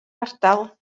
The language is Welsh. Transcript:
ardal